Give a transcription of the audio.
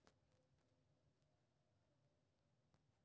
एकर बीज आ बीजक ऊपर के गुद्दा के उपयोग कैल जाइ छै